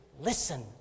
Listen